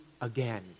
again